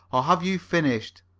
or have you finished?